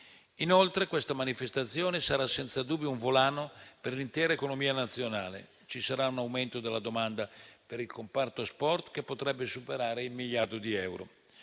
Inoltre, questa manifestazione sarà senza dubbio un volano per l'intera economia nazionale. Ci sarà un aumento della domanda per il comparto sport che potrebbe superare il miliardo di euro